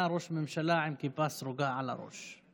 שיש ראש ממשלה עם כיפה סרוגה על הראש.